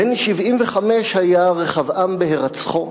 בן 75 היה רחבעם בהירצחו,